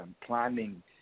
planning